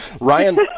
Ryan